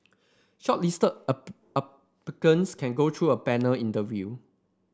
shortlisted can go through a panel interview